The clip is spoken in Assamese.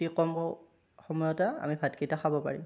অতি কম সময়তে আমি ভাতকেইটা খাব পাৰিম